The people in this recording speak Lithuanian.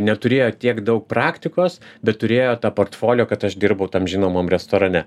neturėjo tiek daug praktikos bet turėjo tą portfolio kad aš dirbau tam žinomam restorane